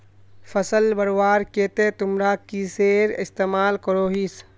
फसल बढ़वार केते तुमरा किसेर इस्तेमाल करोहिस?